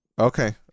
Okay